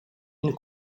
une